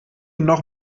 noch